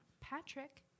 Patrick